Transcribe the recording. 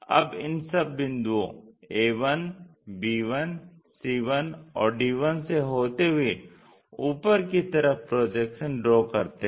अब इन सब बिंदुओं a1 b1 c1 और d1 से होते हुए ऊपर की तरफ प्रोजेक्शन ड्रा करते हैं